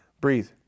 breathe